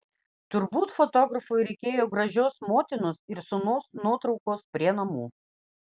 turbūt fotografui reikėjo gražios motinos ir sūnaus nuotraukos prie namų